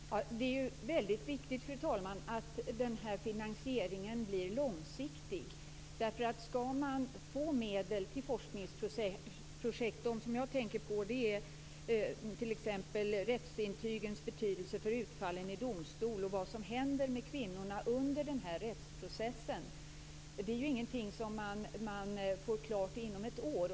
Fru talman! Det är ju väldigt viktigt, fru talman, att den här finansieringen blir långsiktig. Det gäller att få medel till forskningsprojekt. Jag tänker t.ex. på det här med rättsintygens betydelse för utfallen i domstol och på vad som händer med kvinnorna under den här rättsprocessen. Det är ju ingenting som man får klart inom ett år.